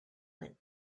went